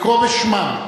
לקרוא בשמם.